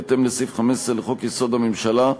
בהתאם לסעיף 15 לחוק יסוד: הממשלה,